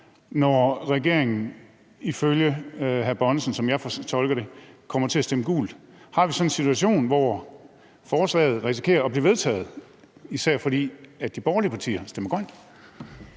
når regeringen ifølge hr. Erling Bonnesen, som jeg tolker det, kommer til at stemme gult. Har vi så en situation, hvor forslaget risikerer at blive vedtaget, især fordi de borgerlige partier stemmer grønt?